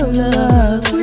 love